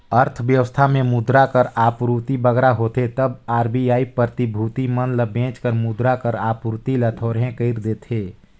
अर्थबेवस्था में मुद्रा कर आपूरति बगरा होथे तब आर.बी.आई प्रतिभूति मन ल बेंच कर मुद्रा कर आपूरति ल थोरहें कइर देथे